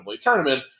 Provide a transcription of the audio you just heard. tournament